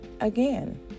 again